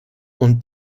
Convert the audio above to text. und